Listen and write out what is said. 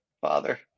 father